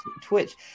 Twitch